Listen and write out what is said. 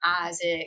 Isaac